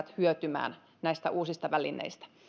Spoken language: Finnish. hyötymään näistä uusista välineistä